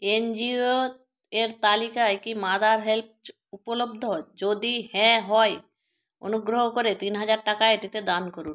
N G O এর তালিকায় কি মাদার হেল্পচ উপলব্ধ যদি হ্যাঁ হয় অনুগ্রহ করে তিন হাজার টাকা এটিতে দান করুন